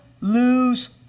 lose